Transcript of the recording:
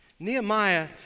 Nehemiah